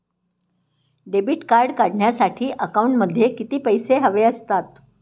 Debit card काढण्यासाठी अकाउंटमध्ये किती पैसे हवे असतात?